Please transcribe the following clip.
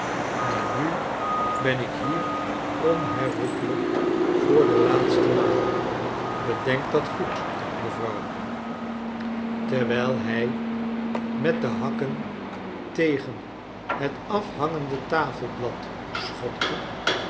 maar nu ben ik hier onherroepelijk voor de laatste maal bedenk dat goed mevrouw ter wijl hij met de hakken tegen het afhangende tafelblad schopte